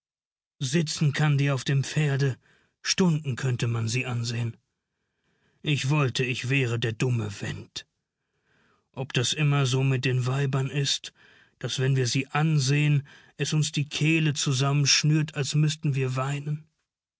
sitzen kann die auf dem pferde stunden könnte man sie ansehen ich wollte ich wäre der dumme went ob das immer so mit den weibern ist daß wenn wir sie ansehen es uns die kehle zusammenschnürt als müßten wir weinen